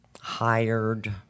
hired